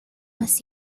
más